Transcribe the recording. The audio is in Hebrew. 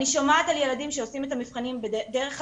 אני שומעת על ילדים שעושים את המבחנים דרך הזום.